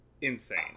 insane